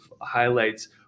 highlights